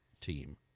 team